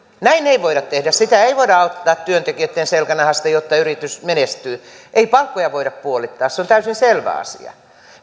näin ei voida tehdä sitä ei voida ottaa työntekijöitten selkänahasta jotta yritys menestyy ei palkkoja voida puolittaa se on täysin selvä asia